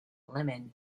lemon